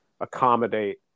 accommodate